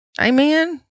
Amen